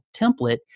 template